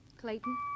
Clayton